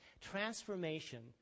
Transformation